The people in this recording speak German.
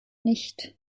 nicht